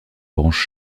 branche